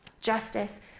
justice